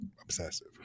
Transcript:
obsessive